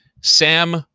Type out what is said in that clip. Sam